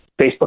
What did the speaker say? Facebook